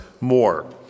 more